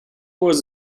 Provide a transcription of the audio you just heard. was